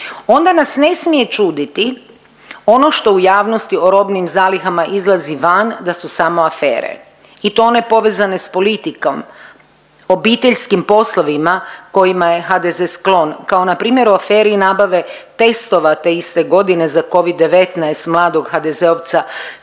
Onda nas ne smije čuditi ono što u javnosti o robnim zalihama izlazi van da su samo afere i to one povezane sa politikom, obiteljskim poslovima kojima je HDZ sklon kao na primjer u aferi nabave testova te iste godine za covid-19 mladog HDZ-ovca Filipa